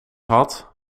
gehad